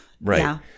Right